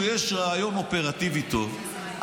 אם למישהו יש רעיון אופרטיבי טוב,